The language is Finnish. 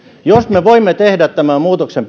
jos me voimme tehdä tämän muutoksen